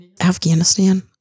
afghanistan